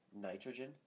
nitrogen